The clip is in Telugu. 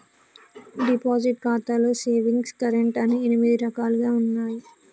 డిపాజిట్ ఖాతాలో సేవింగ్స్ కరెంట్ అని ఎనిమిది రకాలుగా ఉన్నయి